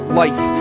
life